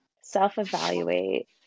Self-evaluate